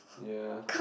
ya